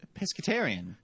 pescatarian